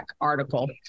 article